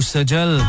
Sajal